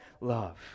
love